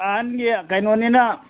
ꯑꯍꯟꯒꯤ ꯀꯩꯅꯣꯅꯤꯅ